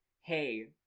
hey